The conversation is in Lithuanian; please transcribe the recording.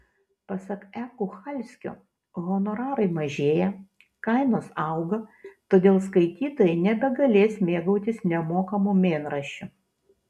pasak e kuchalskio honorarai mažėja kainos auga todėl skaitytojai nebegalės mėgautis nemokamu mėnraščiu